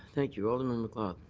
thank you. alderman macleod.